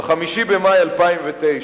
ב-5 במאי 2009,